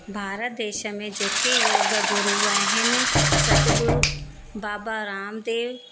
भारत देश में जेके योग गुरू आहिनि सतगुरू बाबा रामदेव